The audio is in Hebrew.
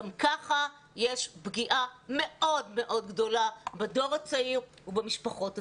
גם ככה יש פגיעה מאוד מאוד גדולה בדור הצעיר ובמשפחות הצעירות.